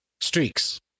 streaks